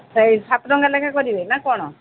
ସେଇ ସାତ ଟଙ୍କା ଲେଖାଁ କରିବେ ନା କ'ଣ